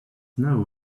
know